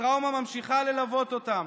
הטראומה ממשיכה ללוות אותם.